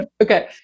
Okay